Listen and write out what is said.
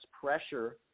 pressure